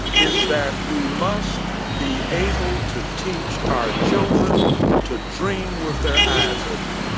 is that we must be able to teach our children to dream with their eyes open,